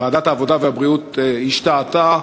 העבודה והבריאות השתהתה,